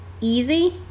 easy